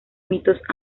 mitos